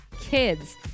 kids